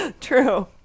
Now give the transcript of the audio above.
true